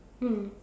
mm